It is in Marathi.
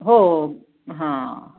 हो हां